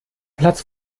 platz